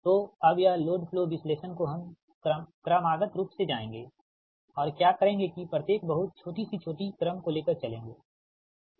तोअब यह load flow विश्लेषण को हम क्रमागत रूप से जाएँगे और क्या करेंगे कि प्रत्येक बहुत छोटी से छोटी क्रम को लेकर चलेंगे ठीक